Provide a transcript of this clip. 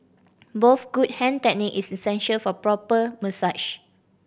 both good hand technique is essential for a proper